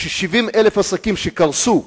כש-70,000 עסקים קרסו,